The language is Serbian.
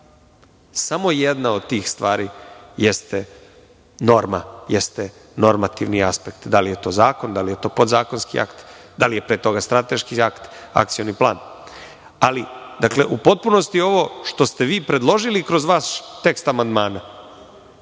Samo jedna od tih stvari jeste norma, jeste normativni aspekt, da li je to zakon, da li je to podzakonski akt, da li je pre toga strateški akt, akcioni plan.U potpunosti ovo što ste vi predložili kroz vaš tekst amandmana,